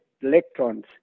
electrons